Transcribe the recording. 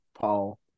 Paul